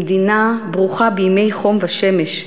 במדינה ברוכה בימי חום ושמש,